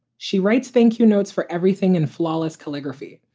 she writes thank you notes for everything and flawless calligraphy.